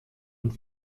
und